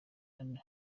anne